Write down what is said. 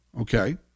Okay